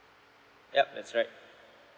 yup that's right